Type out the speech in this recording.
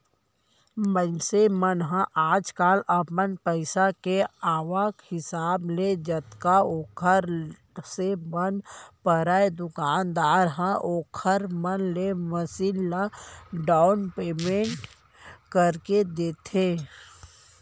मनसे मन ह आजकल अपन पइसा के आवक हिसाब ले जतका ओखर से बन परय दुकानदार ह ओखर मन ले मसीन ल डाउन पैमेंट करके दे देथे